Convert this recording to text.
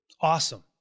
Awesome